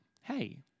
hey